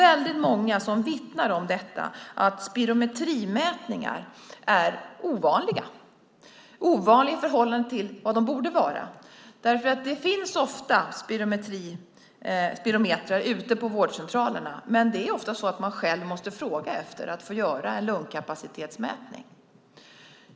Väldigt många vittnar om att spirometrimätningar är ovanliga - ovanliga i förhållande till vad de borde vara. Det finns spirometrar ute på vårdcentralerna, men ofta måste man själv be om en lungkapacitetsmätning.